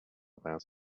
about